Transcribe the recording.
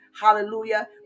Hallelujah